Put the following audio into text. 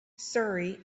surrey